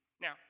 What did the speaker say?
Now